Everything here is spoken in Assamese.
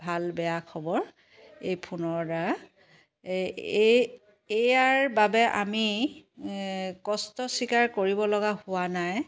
ভাল বেয়া খবৰ এই ফোনৰ দ্বাৰা এই এইয়াৰ বাবে আমি কষ্ট স্বীকাৰ কৰিবলগা হোৱা নাই